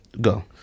go